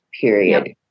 period